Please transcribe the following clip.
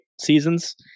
seasons